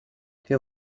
wir